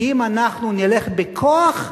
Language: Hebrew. כי אם אנחנו נלך בכוח,